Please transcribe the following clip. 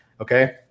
okay